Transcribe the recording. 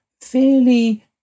fairly